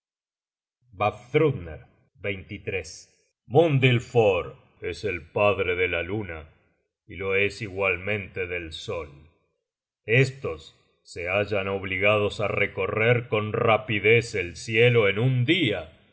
vafthrudner mundilfoere es el padre de la luna y lo es igualmente del sol estos se hallan obligados á recorrer con rapidez el cielo en un dia